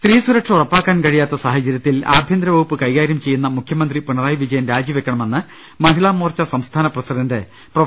സ്ത്രീ സുരക്ഷ ഉറപ്പാക്കാൻ കഴിയാത്ത സാഹചര്യ ത്തിൽ ആഭ്യന്തര വകുപ്പ് കൈകാരൃം ചെയ്യുന്ന മുഖ്യമന്ത്രി പിണറായി വിജയൻ രാജിവെക്കണമെന്ന് മഹിളാമോർച്ച സംസ്ഥാന പ്രസിഡന്റ് പ്രൊഫ